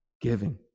giving